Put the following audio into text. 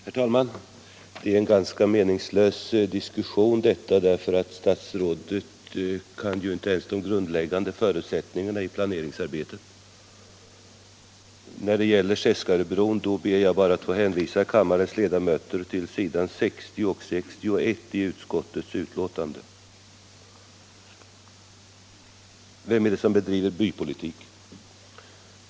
Herr talman! Detta är en ganska meningslös diskussion, eftersom statsrådet ju inte kan ens de grundläggande förutsättningarna i planeringsarbetet. När det gäller Seskaröbron vill jag bara hänvisa kammarens ledamöter till vad som står på s. 60 och 61 i utskottets betänkande. Vem är det som bedriver bypolitik?